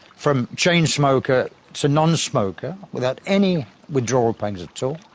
from chain smoker to non-smoker without any withdraw pains at so